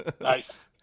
Nice